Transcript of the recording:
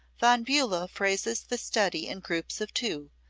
von bulow phrases the study in groups of two,